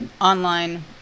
online